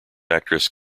actress